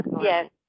Yes